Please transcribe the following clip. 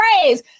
praise